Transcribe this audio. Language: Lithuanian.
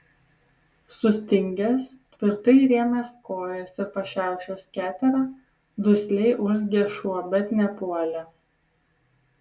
sustingęs tvirtai įrėmęs kojas ir pašiaušęs keterą dusliai urzgė šuo bet nepuolė